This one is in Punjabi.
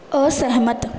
ਅਸਹਿਮਤ